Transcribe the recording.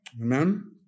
Amen